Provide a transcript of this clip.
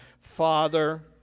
father